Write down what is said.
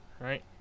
Right